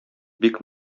бик